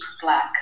black